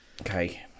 okay